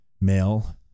male